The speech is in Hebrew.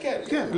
כן, כן.